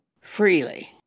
freely